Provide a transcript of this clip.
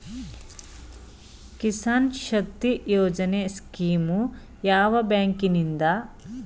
Kisan Shakti Yojana scheme ಯಾವ ಬ್ಯಾಂಕಿನಿಂದ ದೊರೆಯುತ್ತದೆ?